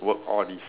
work all this